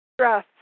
stress